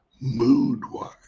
mood-wise